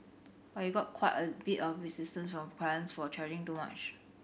but you got quite a bit of resistance from clients for charging so much